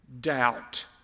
doubt